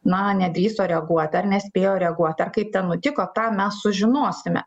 na nedrįso reaguot ar nespėjo reaguot ar kaip ten nutiko tą mes sužinosime